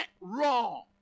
wrong